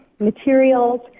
materials